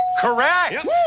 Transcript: Correct